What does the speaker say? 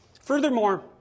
Furthermore